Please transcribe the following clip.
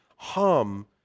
hum